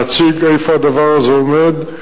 להציג איפה הדבר הזה עומד.